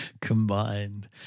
combined